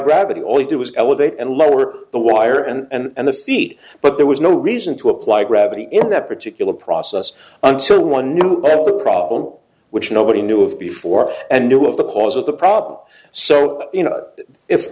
gravity only to was elevate and lower the wire and the feet but there was no reason to apply gravity in that particular process until one knew that the problem which nobody knew of before and knew of the cause of the problem so you know if